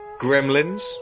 Gremlins